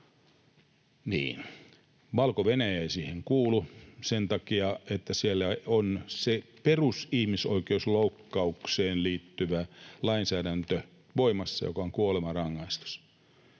Valko-Venäjä ei siihen kuulu sen takia, että siellä on voimassa se perusihmisoikeuksien loukkaukseen liittyvä lainsäädäntö eli kuolemanrangaistus.